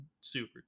super